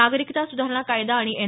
नागरिकता सुधारणा कायदा आणि एन